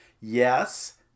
Yes